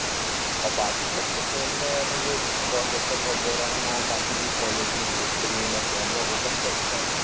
अच्छा और बाकी सब तो फ़ोन में यानि जो प्रोसेसर वगैरह है और बाकी की क्वालिटीज़ इस्क्रीन और कैमरा वो सब तो अच्छा है न